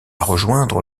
rejoindre